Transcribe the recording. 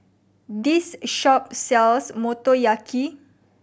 this shop sells Motoyaki